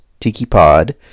TikiPod